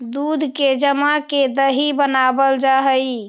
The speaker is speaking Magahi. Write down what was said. दूध के जमा के दही बनाबल जा हई